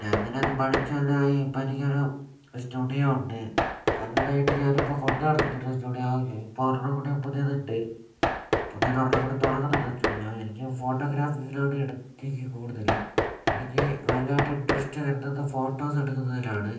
അങ്ങനെ അത് പഠിച്ച് എല്ലാമായി ഇപ്പോൾ എനിക്കൊരു സ്റ്റുഡിയോ ഉണ്ട് നല്ലതായിട്ടു ഞാൻ ഇപ്പോൾ കൊണ്ടുനടക്കുന്നുണ്ട് സ്റ്റുഡിയോ ഇപ്പോൾ ഒരെണ്ണം കൂടി പുതിയതിണ്ട് പുതിയത് ഒരെണ്ണം കൂടെ തുടങ്ങുന്നിണ്ട് സ്റ്റുഡിയോ എനിക്ക് ഫോട്ടോഗ്രാഫിക്സിൽ ആണു എടുക്കേകെ കൂടുതല് എനിക്ക് വല്ലാണ്ട് ഇൻ്ററസ്റ്റ് വരുന്നത് ഫോട്ടോസ് എടുക്കുന്നതിലാണ്